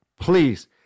Please